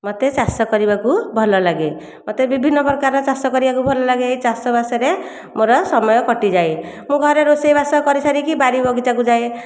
ମତେ ଚାଷ କରିବାକୁ ଭଲ ଲାଗେ ମତେ ବିଭିନ୍ନ ପ୍ରକାର ଚାଷ କରିବାକୁ ଭଲ ଲାଗେ ଚାଷବାସରେ ମୋର ସମୟ କଟିଯାଏ ମୋ ଘର ରୋଷେଇବାସ କରି ସାରିକି ବାଡ଼ି ବଗିଚା କୁ ଯାଏ